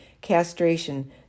castration